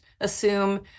assume